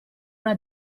una